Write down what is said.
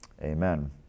amen